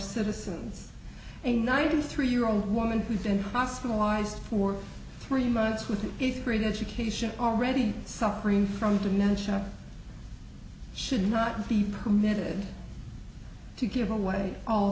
citizens and ninety three year old woman who's been hospitalized for three months with its great education already suffering from dementia should not be permitted to give away all